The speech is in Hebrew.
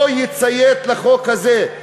לא יציית לחוק הזה,